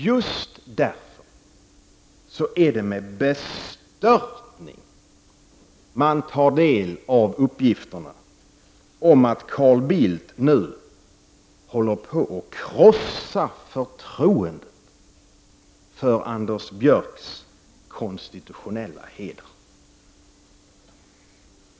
Just därför är det med bestörtning man tar del av uppgifterna om att Carl Bildt nu håller på att krossa förtroendet för Anders Björcks konstitutionella heder.